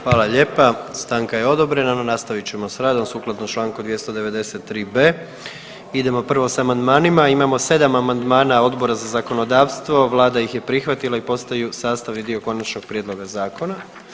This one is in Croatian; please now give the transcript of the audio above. Hvala lijepa, stanka je odobrena, no nastavit ćemo s radom sukladno Članku 293b. Idemo prvo s amandmanima, imamo 7 amandmana Odbora za zakonodavstvo, vlada ih je prihvatila i postaju sastavni dio konačnog prijedloga zakona.